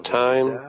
time